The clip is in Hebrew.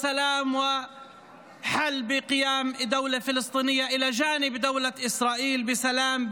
שלום ופתרון באמצעות הקמת מדינה פלסטינית לצד מדינת ישראל בשלום,